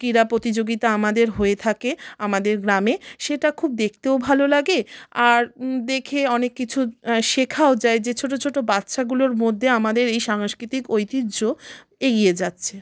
ক্রীড়া প্রতিযোগিতা আমাদের হয়ে থাকে আমাদের গ্রামে সেটা খুব দেখতেও ভালো লাগে আর দেখে অনেক কিছু শেখাও যায় যে ছোট ছোট বাচ্চাগুলোর মধ্যে আমাদের এই সাংস্কৃতিক ঐতিহ্য এগিয়ে যাচ্ছে